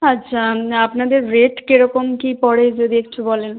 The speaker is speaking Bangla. আচ্ছা আপনাদের রেট কীরকম কী পড়ে যদি একটু বলেন